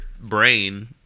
brain